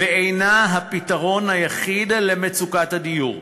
ואינה הפתרון היחיד למצוקת הדיור.